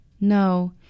No